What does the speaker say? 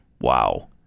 Wow